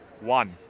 One